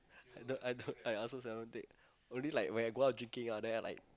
I don't I don't I also seldom take only like when I go out drinking then I like